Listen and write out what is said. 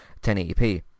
1080p